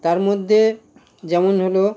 তার মধ্যে যেমন হল